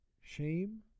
shame